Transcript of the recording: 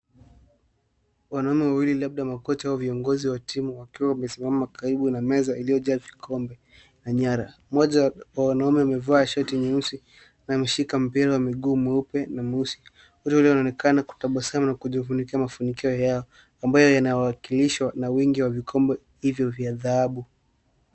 Wanaume wawili, labda viongozi, wamesimama mkabala wa meza iliyowekwa kwenye kona. Wamevaa nadhifu; mmoja amevaa suti nyeusi na ameshika faili mikononi kwa umakini. Anaonekana kana kwamba anazungumza na kujifunika mfuko wa mbele wa suti yake, akiwakilisha heshima na wingi wa vikorombwezo vilivyo kama zawadi.